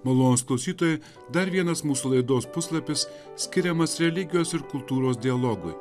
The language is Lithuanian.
malonūs klausytojai dar vienas mūsų laidos puslapis skiriamas religijos ir kultūros dialogui